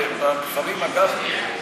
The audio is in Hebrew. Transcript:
אגב,